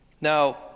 Now